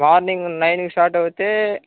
morning నైన్కి start అవుతే